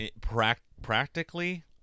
practically